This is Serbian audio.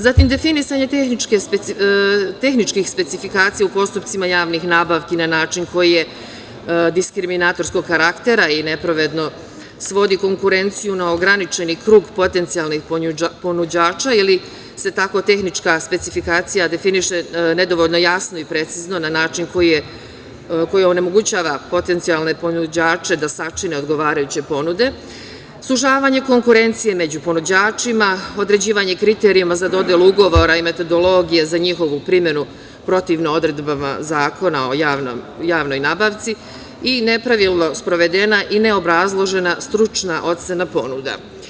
Zatim, definisanje tehničkih specifikacija u postupcima javnih nabavki na način na koji je diskriminatorskog karaktera ili nepravedno svodi konkurenciju na ograničeni krug potencijalnih ponuđača ili se tako tehnička specifikacija definiše nedovoljno jasno i precizno na način koji onemogućava potencijalne ponuđače da sačine odgovarajuće ponude, sužavanje konkurencije među ponuđačima, određivanje kriterijuma za dodelu ugovora i metodologije za njihovu primenu protivno odredbama Zakona o javnoj nabavci i nepravilno sprovedena i neobrazložena stručna ocena ponuda.